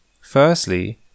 Firstly